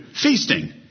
feasting